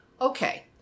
okay